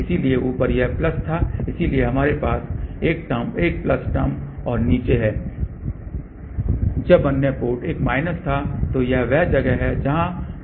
इसलिए ऊपर यह प्लस था इसलिए हमारे पास एक प्लस टर्म और नीचे है जब अन्य पोर्ट एक माइनस था तो यह वह जगह है जहां माइनस टर्म है